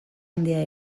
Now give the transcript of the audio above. handia